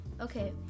Okay